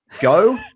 go